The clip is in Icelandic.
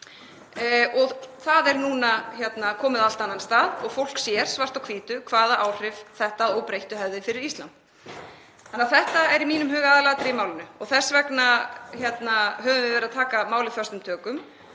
Það er núna komið á allt annan stað og fólk sér svart á hvítu hvaða áhrif þetta hefði að óbreyttu fyrir Ísland. Þetta er því í mínum huga aðalatriðið í málinu og þess vegna höfum við verið að taka málið föstum tökum,